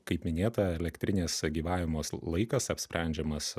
kaip minėta elektrinės gyvavimos laikas apsprendžiamas